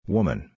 Woman